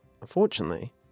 Unfortunately